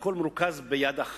כשהכול מרוכז ביד אחת,